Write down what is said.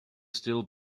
still